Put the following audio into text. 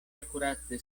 akurate